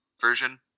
version